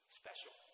special